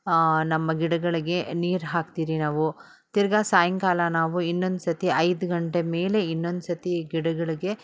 ನಮ್ಮ ಗಿಡಗಳಿಗೆ ನೀರು ಹಾಕ್ತೀರಿ ನಾವು ತಿರ್ಗಾ ಸಾಯಂಕಾಲ ನಾವು ಇನ್ನೊಂದ್ಸತಿ ಐದು ಗಂಟೆ ಮೇಲೆ ಇನ್ನೊಂದ್ಸತಿ ಗಿಡಗಳಿಗೆ